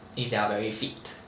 if they are very fit